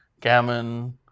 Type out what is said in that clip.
gammon